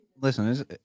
Listen